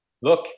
Look